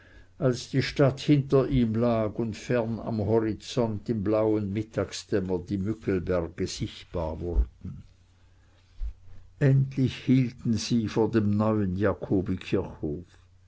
als die stadt hinter ihm lag und fern am horizont im blauen mittagsdämmer die müggelberge sichtbar wurden endlich hielten sie vor dem neuen